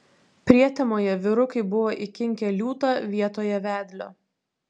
prietemoje vyrukai buvo įkinkę liūtą vietoje vedlio